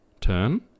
turn